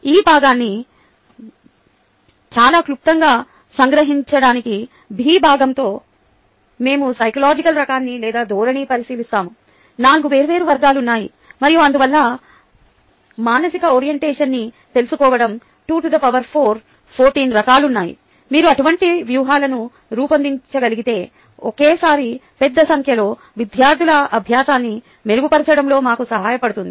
ఈ భాగాన్ని చాలా క్లుప్తంగా సంగ్రహించడానికి B భాగంతో మేము సైకలాజికల్ రకాన్ని లేదా ధోరణిని పరిశీలిస్తాము 4 వేర్వేరు వర్గాలు ఉన్నాయి మరియు అందువల్ల మానసిక ఓరియంటేషన్ ని తెలుసుకోవడం 24 16 రకాలు ఉన్నాయి మీరు అటువంటి వ్యూహాలను రూపొందించగలిగితే ఒకేసారి పెద్ద సంఖ్యలో విద్యార్థుల అభ్యాసాన్ని మెరుగుపరచడంలో మాకు సహాయపడుతుంది